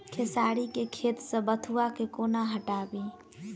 खेसारी केँ खेत सऽ बथुआ केँ कोना हटाबी